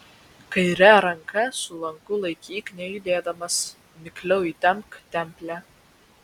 kairę ranką su lanku laikyk nejudėdamas mikliau įtempk templę